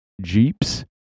Jeeps